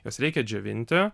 juos reikia džiovinti